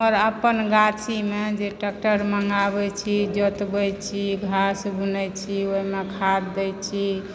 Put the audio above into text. आओर अपन गाछीमे जे ट्रैक्टर मँगाबै छी जोतबय छी घास बुनैत छी ओहिमे खाद दैत छी